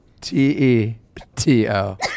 T-E-T-O